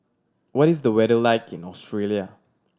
what is the weather like in Australia